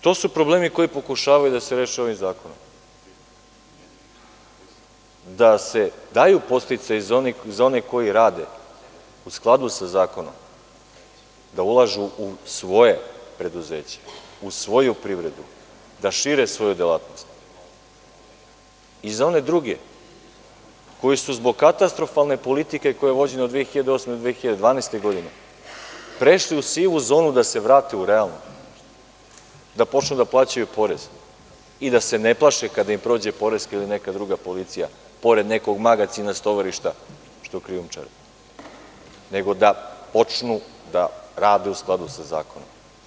To su problemi koji pokušavaju da se reše ovim zakonom, da se daju podsticaji za one koji rade u skladu sa zakonom, da ulažu u svoje preduzeće, u svoju privredu, da šire svoje delatnosti i za one druge koji su zbog katastrofalne politike koja je vođena od 2008-2012. godine prešli u sivu zonu da se vrate u realnu, da počnu da plaćaju poreze i da se ne plaše kada im prođe poreska ili neka druga policija pored nekog magacina, stovarišta, što krijumčare, nego da počnu da rade u skladu sa zakonom.